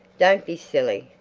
don't be silly!